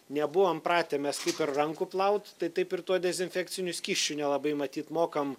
nebuvom pratę mes kaip ir rankų plaut tai taip ir tuo dezinfekciniu skysčiu nelabai matyt mokam